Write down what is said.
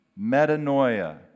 metanoia